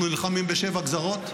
אנחנו נלחמים בשבע גזרות.